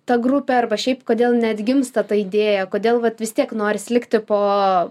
ta grupė arba šiaip kodėl neatgimsta ta idėja kodėl vat vis tiek noris likti po